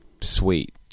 sweet